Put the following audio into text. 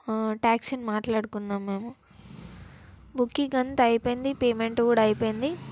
ట్యాక్సీని మాట్లాడుకున్నాం మేము బుకింగ్ అంతా అయిపోయింది పేమెంట్ కూడా అయిపోయింది